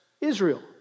Israel